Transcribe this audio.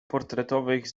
portretowych